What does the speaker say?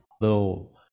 little